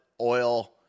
Oil